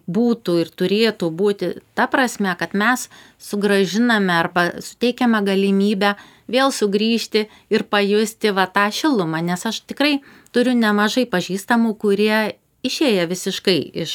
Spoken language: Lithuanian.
būtų ir turėtų būti ta prasme kad mes sugrąžiname arba suteikiame galimybę vėl sugrįžti ir pajusti va tą šilumą nes aš tikrai turiu nemažai pažįstamų kurie išėję visiškai iš